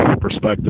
perspective